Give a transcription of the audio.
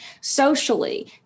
socially